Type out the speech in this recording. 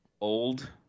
old